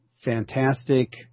fantastic